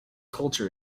culture